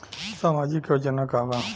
सामाजिक योजना का बा?